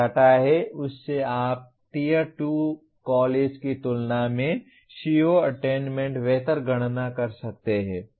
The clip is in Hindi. उस से आप टीयर 2 कॉलेज की तुलना में CO अटेन्मेन्ट बेहतर गणना कर सकते हैं